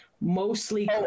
mostly